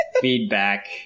feedback